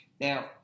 Now